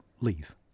leave